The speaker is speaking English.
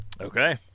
okay